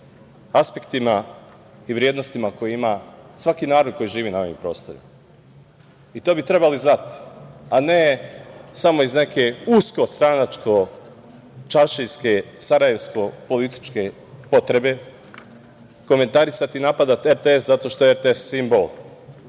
aspektima i vrednostima koje ima svaki narod koji živi na ovim prostorima. To bi trebalo znati, a ne samo iz neke usko stranačko čaršijske Sarajevsko političke potrebe komentarisati i napadati RTS zato što je RTS simbol